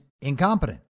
incompetent